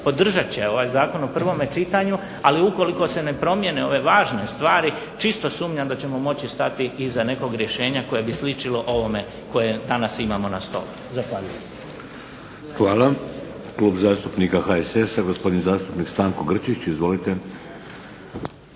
podržat će ovaj zakon u prvome čitanju, ali ukoliko se ne promijene ove važne stvari čisto sumnjam da ćemo moći stati iza nekog rješenja koje bi sličilo ovome koje danas imamo na stolu. Zahvaljujem. **Šeks, Vladimir (HDZ)** Hvala. Klub zastupnika HSS-a, gospodin zastupnik Stanko Grčić. Izvolite.